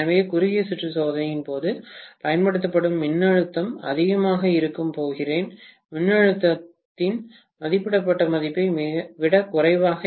எனவே குறுகிய சுற்று சோதனையின் போது பயன்படுத்தப்படும் மின்னழுத்தம் அதிகமாக இருக்கப் போகிறேன் மின்னழுத்தத்தின் மதிப்பிடப்பட்ட மதிப்பை விட குறைவாக